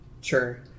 Sure